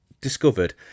discovered